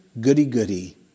goody-goody